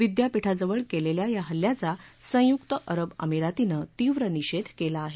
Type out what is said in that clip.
विद्यापीठाजवळ केलेल्या या हल्ल्याचा संयुक्त अरब आमिरातीनं तीव्र निषेध केला आहे